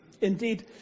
Indeed